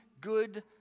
good